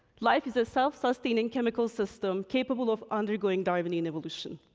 life is a self-sustaining chemical system capable of undergoing darwinian evolution.